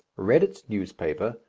read its newspaper,